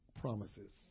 promises